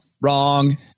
Wrong